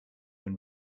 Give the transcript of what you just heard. can